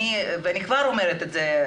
אני כבר אומרת את זה,